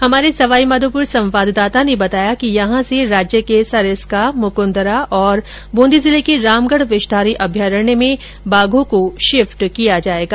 हमारे संवाईमाधोपुर संवाददाता ने बताया कि यहां से राज्य के सरिस्का मुकुंदरा और बूंदी जिले के रामगढ विषधारी अभ्यारण्य में बाघो को शिफ्ट किया जायेगा